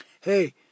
Hey